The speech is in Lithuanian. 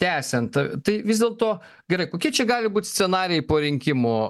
tęsiant tai vis dėlto gerai kokie čia gali būt scenarijai po rinkimų